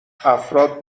افراد